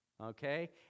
okay